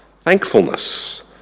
thankfulness